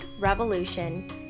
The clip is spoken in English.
revolution